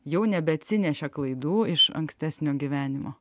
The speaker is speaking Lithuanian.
jau nebeatsinešė klaidų iš ankstesnio gyvenimo